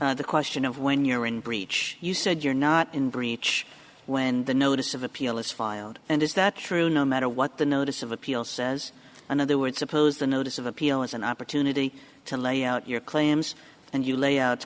on the question of when you're in breach you said you're not in breach when the notice of appeal is filed and is that true no matter what the notice of appeal says another would suppose the notice of appeal is an opportunity to lay out your claims and you lay out